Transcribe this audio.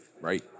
right